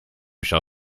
shall